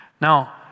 Now